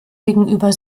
gegenüber